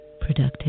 productive